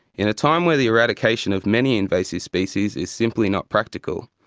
in a time where the eradication of many invasive species is simply not practical,